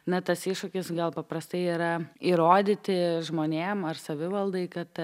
na tas iššūkis gal paprastai yra įrodyti žmonėm ar savivaldai kad